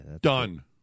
Done